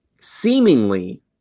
seemingly